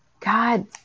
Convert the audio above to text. God